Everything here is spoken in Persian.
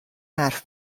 حرف